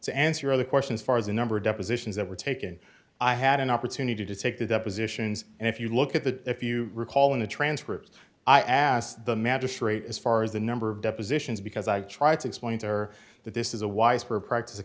to answer other questions far as the number depositions that were taken i had an opportunity to take the depositions and if you look at the if you recall in the transcript i asked the magistrate as far as the number of depositions because i tried to explain to her that this is a wise for a practice the